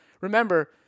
remember